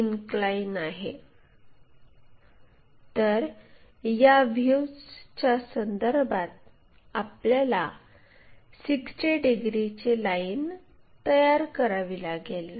तर या व्ह्यूच्या संदर्भात आपल्याला 60 डिग्रीची लाईन तयार करावी लागेल